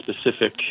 specific